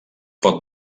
pot